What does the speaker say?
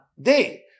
day